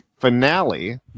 finale